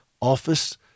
office